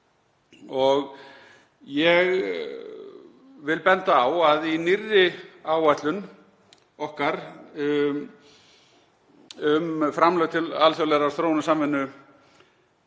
Ég vil benda á að í nýrri áætlun okkar um framlög til alþjóðlegrar þróunarsamvinnu